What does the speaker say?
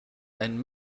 and